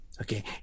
Okay